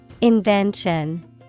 Invention